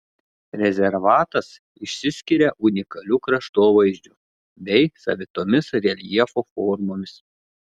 rezervatas išsiskiria unikaliu kraštovaizdžiu bei savitomis reljefo formomis